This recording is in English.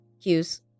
Cues